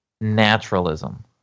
naturalism